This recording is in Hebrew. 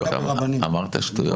אמרת שטויות.